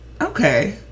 okay